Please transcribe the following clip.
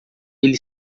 eles